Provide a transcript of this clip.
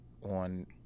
on